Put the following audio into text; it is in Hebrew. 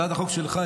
הצעת החוק שלך,